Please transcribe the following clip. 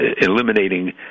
eliminating